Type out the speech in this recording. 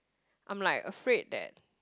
I'm like afraid that